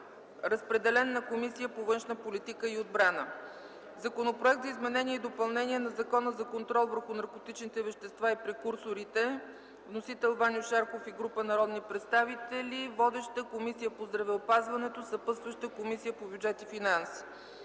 Разпределен е на Комисията по външна политика и отбрана. Законопроект за изменение и допълнение на Закона за контрол върху наркотичните вещества и прекурсорите. Вносители: Ваньо Шарков и група народни представители. Водеща е Комисията по здравеопазването, разпределен е и на Комисията по бюджет и финанси.